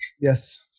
yes